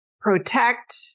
protect